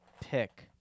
pick